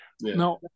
Now